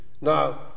Now